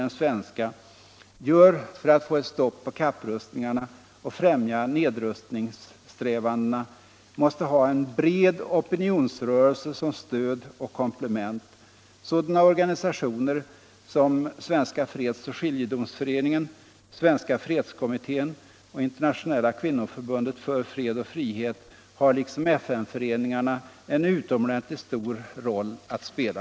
den svenska regeringen, gör för att få ett stopp på kapprustningarna och främja nedrustningssträvandena måste ha en bred opinionsrörelse som stöd och komplement. Sådana organisationer som Svenska freds och skiljedomsföreningen, Svenska fredskommittéen och Internationella kvinnoförbundet för fred och frihet har liksom FN-föreningarna en utomordentligt stor roll att spela.